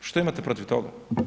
Što imate protiv toga?